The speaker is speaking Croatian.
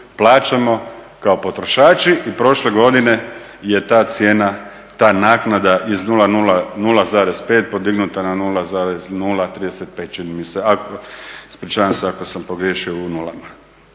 plaćamo kao potrošači i prošle godine je ta naknada iz 000,5 podignuta na 0,035 čini mi se. Ispričavam se ako sam pogriješio u nulama